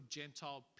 gentile